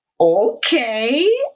okay